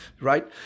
right